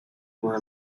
were